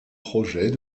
projets